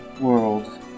world